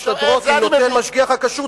בדיוק מסתדרות עם דעותיו של משגיח הכשרות,